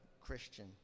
Christian